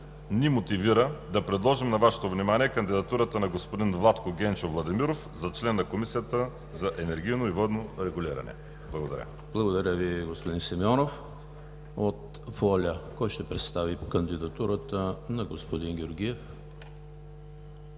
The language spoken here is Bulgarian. ни мотивира да предложим на Вашето внимание кандидатурата на господин Владко Генчов Владимиров за член на Комисията за енергийно и водно регулиране. Благодаря. ПРЕДСЕДАТЕЛ ЕМИЛ ХРИСТОВ: Благодаря Ви, господин Симеонов. От ВОЛЯ кой ще представи кандидатурата на господин Георгиев?